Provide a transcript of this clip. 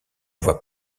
voix